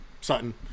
Sutton